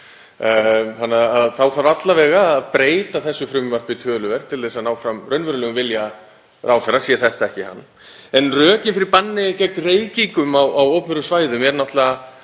Það þarf þá alla vega að breyta þessu frumvarpi töluvert til að ná fram raunverulegum vilja ráðherra sé þetta ekki hann. En rökin fyrir banni gegn reykingum á opinberum svæðum er náttúrlega